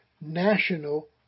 national